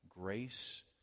Grace